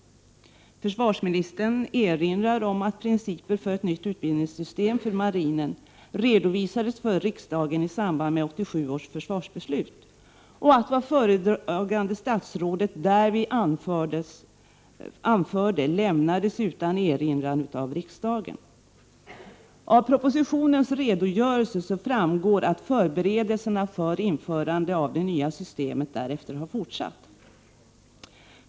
Försvarsministern erinrar om att principer för ett nytt utbildningssystem för marinen redovisades för riksdagen i samband med 1987 års försvarsbeslut. Vad föredragande statsrådet därvid anförde lämnades utan erinran av riksdagen. Av propositionens redogörelse framgår att förberedelserna för införandet av det nya systemet därefter har fortsatt.